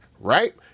right